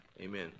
amen